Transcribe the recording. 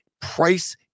Price